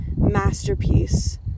masterpiece